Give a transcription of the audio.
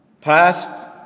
Past